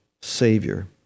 Savior